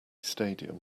stadium